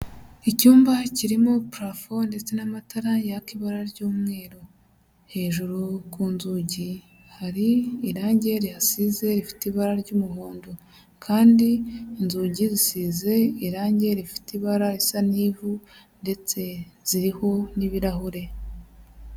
Icyumba kirimo parafo ndetse n'amatara yaka ibara ry'umweru, hejuru ku nzugi hari irangi rihasize rifite ibara ry'umuhondo kandi inzugi zisize irangi rifite ibara risa n'ivu ndetse ziriho n'ibirahure.